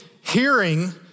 hearing